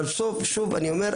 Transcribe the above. שוב אני אומר,